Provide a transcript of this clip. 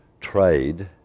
trade